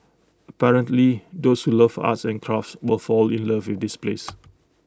apparently those who love arts and crafts will fall in love with this place